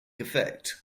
effect